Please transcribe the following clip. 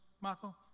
Michael